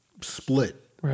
split